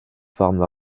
forme